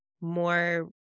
more